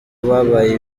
babaye